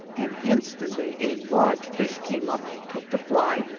and instantly a large fish came up, took the fly,